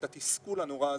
את התסכול הנורא הזה,